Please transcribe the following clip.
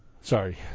Sorry